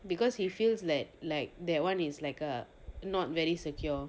because he feels like like that one is like a not very secure